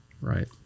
right